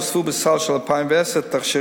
נוספו בסל של 2010 תכשירים,